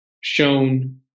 shown